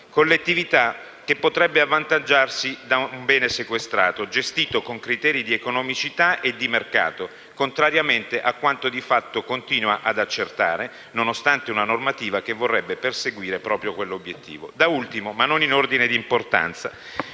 collettività che potrebbe avvantaggiarsi da un bene sequestrato gestito con criteri di economicità e di mercato, contrariamente a quanto di fatto continua ad accertare, nonostante una normativa che vorrebbe perseguire proprio quell'obiettivo. Da ultimo, ma non in ordine di importanza,